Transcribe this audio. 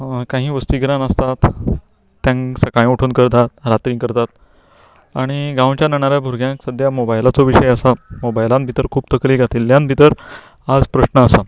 काही वस्तिग्राम आसतात तांकां सकाळीं उठून करतात राती करतात आनी गांवच्या नेणार्या भुरग्यांक सध्या मोबायलाचो विशय आसा मोबायलान खूब तकली घातिल्लयान भितर आज प्रश्न आसा